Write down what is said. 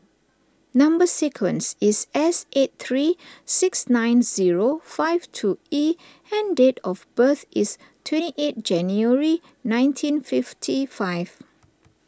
Number Sequence is S eight three six nine zero five two E and date of birth is twenty eight January nineteen fifty five